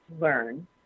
learn